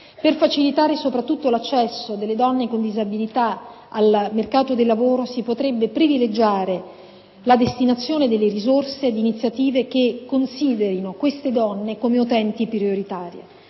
Per facilitare soprattutto l'accesso delle donne con disabilità al mercato del lavoro si potrebbe privilegiare la destinazione delle risorse ad iniziative che considerino queste donne come utenti prioritari.